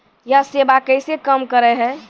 यह सेवा कैसे काम करै है?